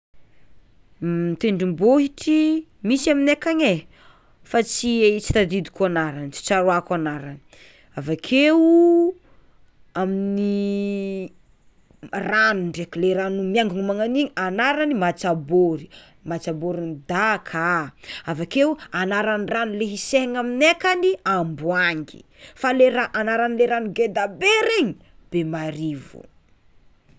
Ny tendrombohitry misy aminay akagny e fa tsy e tsy tadidiko agnarany tsy tsaroàko agnarany, avekeo amin'ny rano ndraiky le rano miangony magnan'igny anarany Matsabôry Matsabôrin'i daka, avakeo anaran'ny rano le hisaiana aminay akagny Amboangy fa le ra- anaranle rano ngeda be regny Bemarivo.